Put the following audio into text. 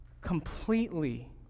completely